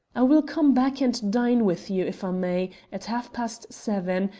i will come back and dine with you, if i may, at half-past seven,